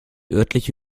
örtliche